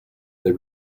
they